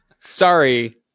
sorry